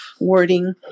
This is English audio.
wording